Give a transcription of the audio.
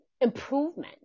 Improvement